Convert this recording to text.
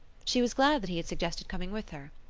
she was glad that he had suggested coming with her.